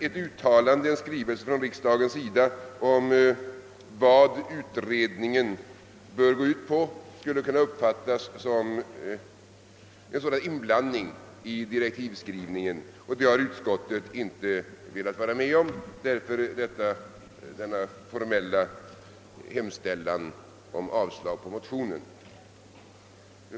En skrivelse från riksdagens sida om vad utredningen bör gå ut på skulle kunna uppfattas som en inblandning i direktivskrivningen. Det har utskottet inte velat vara med om och detta är anledningen till den formella hemställan om avslag på motionen.